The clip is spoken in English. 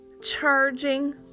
Charging